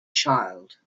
child